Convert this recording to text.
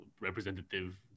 representative